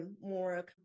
more